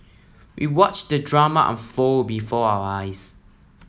we watched the drama unfold before our eyes